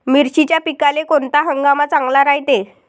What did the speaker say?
मिर्चीच्या पिकाले कोनता हंगाम चांगला रायते?